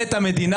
ואז אמרתי: רגע,